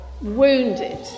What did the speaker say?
wounded